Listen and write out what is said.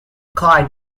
cline